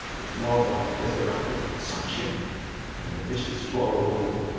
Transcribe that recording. it's more of ah just a rapid suction and the fish is swallowed whole.